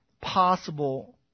possible